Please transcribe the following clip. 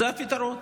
זה הפתרון.